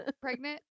pregnant